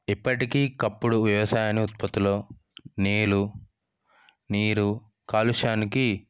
ఇప్పటికీ కప్పుడు వ్యవసాయన ఉత్పత్తిలో నీళ్లు నీరు కాలుష్యానికి